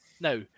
Now